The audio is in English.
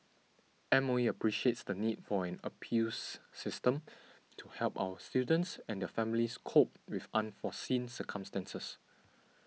M O E appreciates the need for an appeals system to help our students and their families cope with unforeseen circumstances